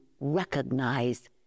recognize